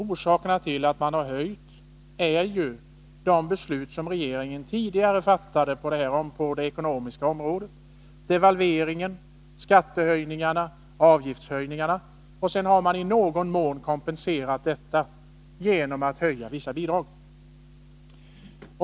Orsakerna till att man har höjt dem är ju de beslut som regeringen tidigare fattade på det ekonomiska området — devalveringen, skattehöjningarna och avgiftshöjningarna. Sedan har man i någon mån kompenserat detta genom att höja vissa bidrag.